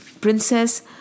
princess